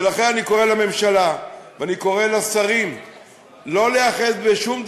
ולכן אני קורא לממשלה ואני קורא לשרים לא להיאחז בשום דבר,